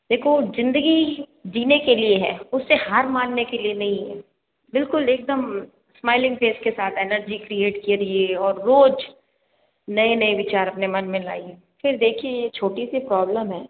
देखो जिंदगी जीने के लिए है उससे हार मानने के लिए नहीं है बिल्कुल एकदम स्माइलींग फेस के साथ एनर्जी क्रिएट करिये और रोज नए नए विचार अपने मन में लाइये फिर देखिये ये छोटी सी प्रॉब्लम है